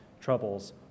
troubles